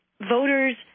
voters